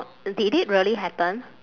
did it really happen